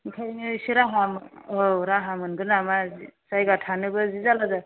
ओंखायनो एसे राहा मोन औ राहा मोनगोन नामा जायगा थानोबो जि जारला जा